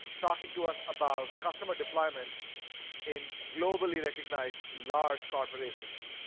talking to us about customer deployments in globally recognized large corporations.